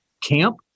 camp